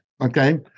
okay